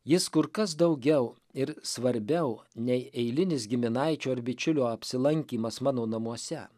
jis kur kas daugiau ir svarbiau nei eilinis giminaičio ar bičiulio apsilankymas mano namuose